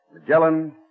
Magellan